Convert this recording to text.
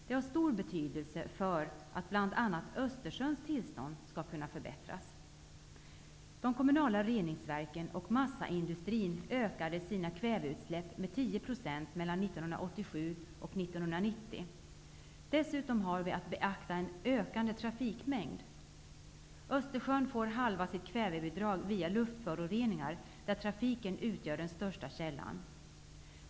Det är av stor betydelse för att bl.a. Östersjöns tillstånd skall kunna förbättras. De kommunala reningsverken och massaindustrin ökade sina kväveutsläpp med 10 % mellan 1987 och 1990. Dessutom har vi att beakta en ökande trafikmängd. Östersjön får halva sitt kvävebidrag via luftföroreningar, där trafiken utgör den största källan.